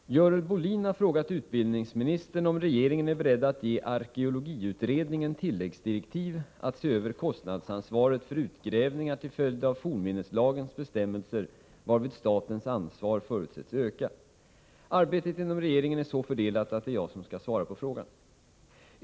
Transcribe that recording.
Herr talman! Görel Bohlin har frågat utbildningsministern om regeringen är beredd att ge arkeologiutredningen tilläggsdirektiv att se över kostnadsansvaret för utgrävningar till följd av fornminneslagens bestämmelser, varvid statens ansvar förutsätts öka. Arbetet inom regeringen är så fördelat att det är jag som skall svara på frågan.